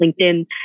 LinkedIn